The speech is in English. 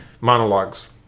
monologues